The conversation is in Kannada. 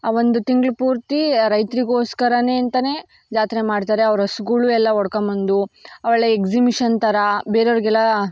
ಆ ಒಂದು ತಿಂಗಳು ಪೂರ್ತಿ ರೈತರಿಗೋಸ್ಕರ ಅಂತಲೇ ಜಾತ್ರೆ ಮಾಡ್ತಾರೆ ಅವ್ರು ಹಸುಗಳು ಎಲ್ಲ ಹೊಡ್ಕಬಂದು ಒಳ್ಳೆಯ ಎಕ್ಸಿಮಿಷನ್ ಥರ ಬೇರೆಯವ್ರಿಗೆಲ್ಲಾ